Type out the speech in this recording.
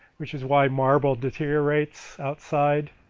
which is why marble deteriorates outside,